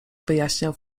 wyjaśniał